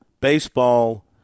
baseball